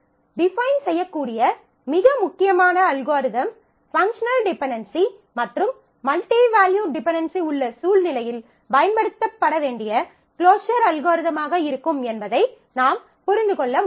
define செய்யக்கூடிய மிக முக்கியமான அல்காரிதம் பங்க்ஷனல் டிபென்டென்சி மற்றும் மல்டி வேல்யூட் டிபென்டென்சி உள்ள சூழ்நிலையில் பயன்படுத்தப்பட வேண்டிய க்ளோஸர் அல்காரிதமாக இருக்கும் என்பதை நாம் புரிந்து கொள்ள முடியும்